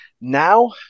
now